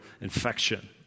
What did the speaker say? infection